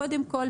קודם כל,